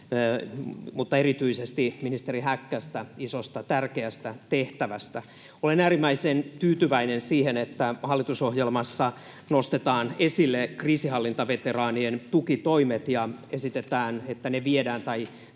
mutta erityisesti ministeri Häkkästä isosta, tärkeästä tehtävästä. Olen äärimmäisen tyytyväinen siihen, että hallitusohjelmassa nostetaan esille kriisinhallintaveteraanien tukitoimet ja esitetään, että ne viedään nyt